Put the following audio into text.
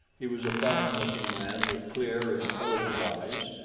he was a fine-looking man with clear, intelligent eyes,